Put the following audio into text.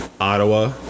Ottawa